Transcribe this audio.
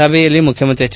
ಸಭೆಯಲ್ಲಿ ಮುಖ್ಯಮಂತ್ರಿ ಎಚ್